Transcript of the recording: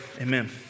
amen